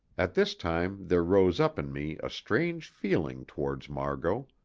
at this time there rose up in me a strange feeling towards margot.